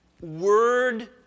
word